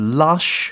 lush